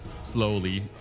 slowly